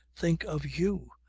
think of you!